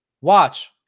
Watch